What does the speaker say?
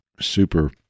super